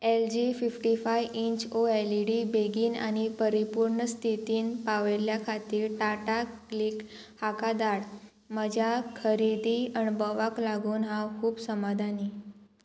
L G fifty five inch O L E D बेगीन आनी परिपूर्ण स्थितीन पावयल्ल्या खातीर टाटा क्लिक हाका धाड म्हज्या खरेदी अणभवाक लागून हांव खूब समाधानी